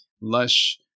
lush